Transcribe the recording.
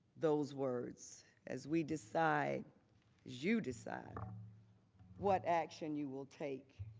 those words as we decide you decide what action you will take.